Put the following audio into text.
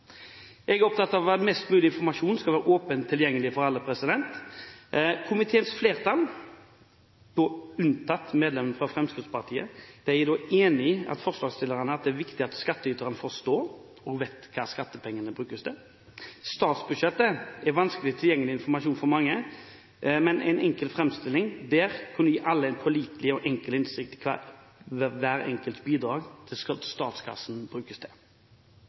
Jeg er opptatt av at mest mulig informasjon skal være åpent tilgjengelig for alle. Komiteens flertall, unntatt medlemmene fra Fremskrittspartiet, er enig med forslagsstillerne i at det er viktig at skattyteren forstår og vet hva skattepengene brukes til. Statsbudsjettet er vanskelig tilgjengelig informasjon for mange, men en enkel framstilling der kunne gi alle en pålitelig og enkel innsikt i hva hver enkelts bidrag til statskassen brukes til.